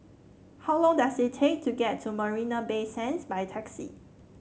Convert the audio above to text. how long does it take to get to Marina Bay Sands by taxi